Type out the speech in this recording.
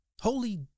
holy